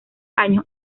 años